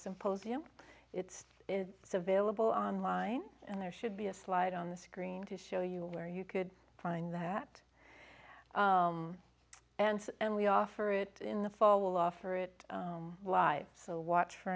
symposium it's it's available online and there should be a slide on the screen to show you where you could find that answer and we offer it in the fall offer it live so watch for